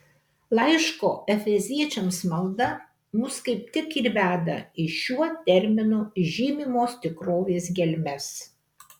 laiško efeziečiams malda mus kaip tik ir veda į šiuo terminu žymimos tikrovės gelmes